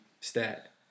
stat